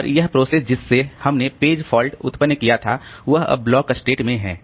और वह प्रोसेस जिससे हमने पेज फॉल्ट उत्पन्न किया वह अब ब्लॉक स्टेट में है